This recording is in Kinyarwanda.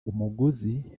umuguzi